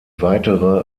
weitere